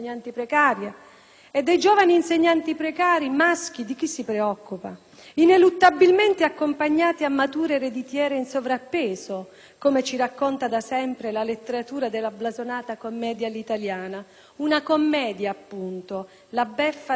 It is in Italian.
E dei giovani insegnanti precari maschi chi si preoccupa? Ineluttabilmente accompagnati a mature ereditiere in sovrappeso, come ci racconta da sempre la letteratura della blasonata commedia all'italiana? Una commedia, appunto, la beffa delle beffe.